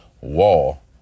wall